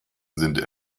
sind